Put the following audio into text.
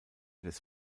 des